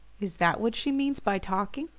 is that what she means by talking?